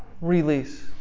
Release